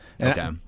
Okay